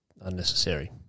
unnecessary